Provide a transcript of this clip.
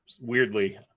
weirdly